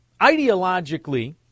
Ideologically